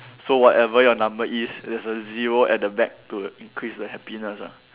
so whatever your number is there's a zero at the back to increase the happiness ah